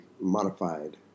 modified